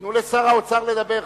תנו לשר האוצר לדבר.